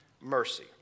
mercy